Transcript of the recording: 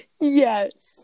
Yes